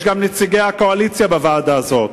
יש גם נציגי הקואליציה בוועדה הזאת.